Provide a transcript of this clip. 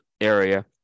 area